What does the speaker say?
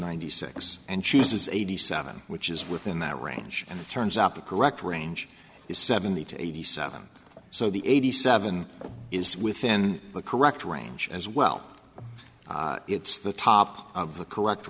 ninety six and she says eighty seven which is within that range and it turns out the correct range is seventy to eighty seven so the eighty seven is within the correct range as well it's the top of the correct